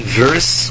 verse